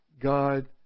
God